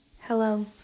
Hello